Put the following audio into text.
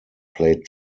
played